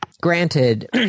Granted